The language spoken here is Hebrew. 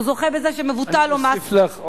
הוא זוכה בזה שמבוטל לו מס השבח,